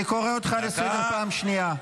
אני קורא אותך לסדר פעם שנייה.